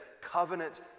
covenant